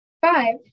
Five